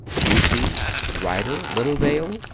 pusey, ryder, littledale,